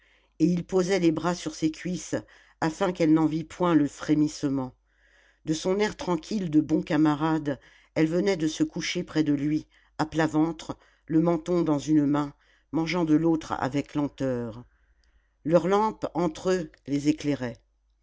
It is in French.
et il posait les bras sur ses cuisses afin qu'elle n'en vît point le frémissement de son air tranquille de bon camarade elle venait de se coucher près de lui à plat ventre le menton dans une main mangeant de l'autre avec lenteur leurs lampes entre eux les